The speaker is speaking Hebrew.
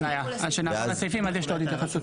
אין בעיה, כשנעבור על הסעיפים יש לי עוד התייחסות.